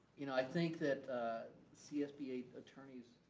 you know i think that cfba attorneys,